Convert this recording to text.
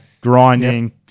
grinding